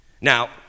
Now